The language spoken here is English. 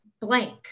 blank